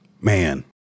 Man